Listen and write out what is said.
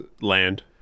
land